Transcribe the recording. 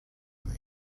that